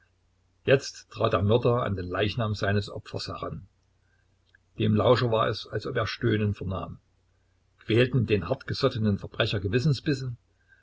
jetzt trat der mörder an den leichnam seines opfers heran dem lauscher war es als ob er stöhnen vernahm quälten den hartgesottenen verbrecher gewissensbisse